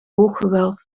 booggewelf